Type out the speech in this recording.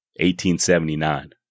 1879